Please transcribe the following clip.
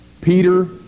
Peter